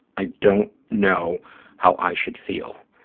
i don't know how i should feel.